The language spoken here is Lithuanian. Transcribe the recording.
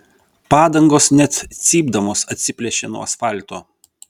padangos net cypdamos atsiplėšė nuo asfalto